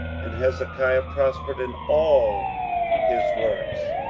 and hezekiah prospered in all his works.